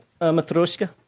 Matroska